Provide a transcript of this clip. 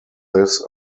this